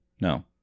no